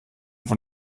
von